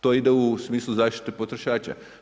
To ide u smislu zaštite potrošača.